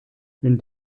wenn